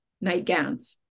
nightgowns